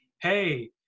Hey